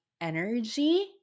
energy